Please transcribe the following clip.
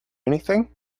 anything